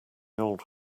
old